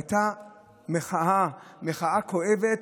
הייתה מחאה, מחאה כואבת,